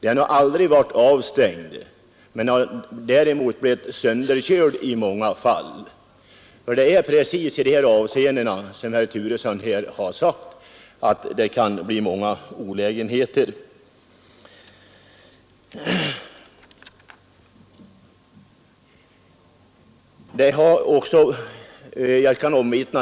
Min väg har aldrig varit avstängd, men den har däremot i många fall blivit sönderkörd. Det är riktigt som herr Turesson säger att det kan bli en hel del olägenheter av det slaget.